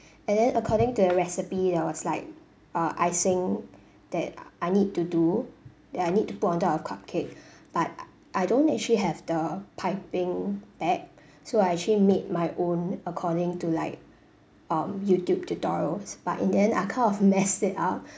and then according to a recipe that was like uh icing that I need to do that I need to put on top of cupcake but I don't actually have the piping bag so I actually made my own according to like um youtube tutorials but it the end I kind of messed it up